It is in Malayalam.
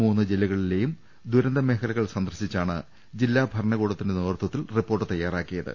മൂന്ന് ജില്ലക ളിലെയും ദുരന്ത മേഖലകൾ സന്ദർശിച്ചാണ് ജില്ലാ ഭരണകൂടത്തിന്റെ നേതൃ ത്വത്തിൽ റിപ്പോർട്ട് തയ്യാറാക്കിയത്